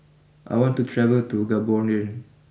I want to travel to Gaborone